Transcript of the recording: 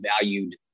valued